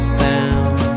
sound